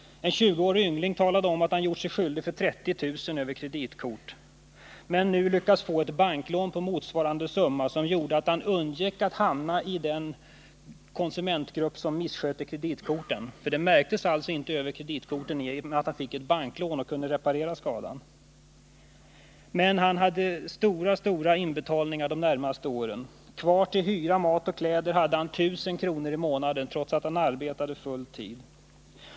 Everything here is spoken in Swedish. En 20-årig yngling talade om att han gjort sig skyldig till att ha köpt för 30 000 kr. över kreditkort men lyckats få ett banklån på motsvarande summa som gjorde att han undgick att hamna i den konsumentgrupp som missköter kreditkorten. Genom banklånet kunde han alltså reparera skadan, men han hade stora inbetalningar att göra under de närmaste åren. Kvar till 125 hyra, mat och kläder hade han ca 1 000 kr. i månaden, trots att han arbetade full tid.